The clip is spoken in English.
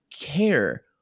care